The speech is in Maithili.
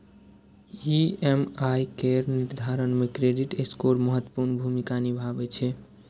ई.एम.आई केर निर्धारण मे क्रेडिट स्कोर महत्वपूर्ण भूमिका निभाबै छै